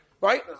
right